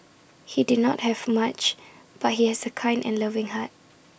he did not have much but he has A kind and loving heart